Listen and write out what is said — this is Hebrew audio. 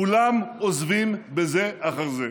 כולם עוזבים זה אחר זה.